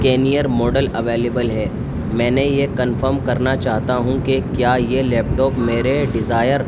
کیینئر model available ہے میں نے یہ کنفرم کرنا چاہتا ہوں کہ کیا یہ لیپ ٹاپ میرے ڈیزائر